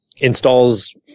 installs